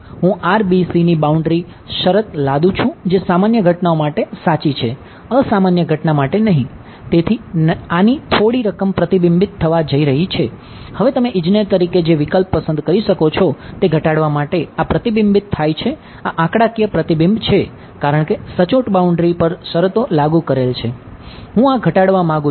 હું આ ઘટાડવા માંગુ છું